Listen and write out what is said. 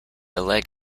leg